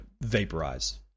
vaporize